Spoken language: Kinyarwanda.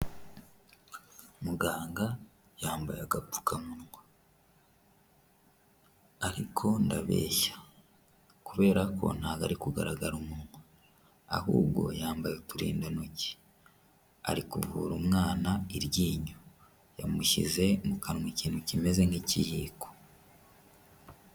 Muganga yambaye agapfukamunwa ariko ndabeshya, kubera ko ntari kugaragara umunwa, ahubwo yambaye uturindantoki ari kuvura umwana iryinyo yamushyize mu kanwa ikintu kimeze nk'ikiyiko.